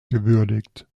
gewürdigt